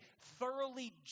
thoroughly